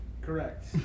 Correct